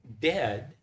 dead